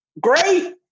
great